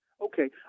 Okay